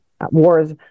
wars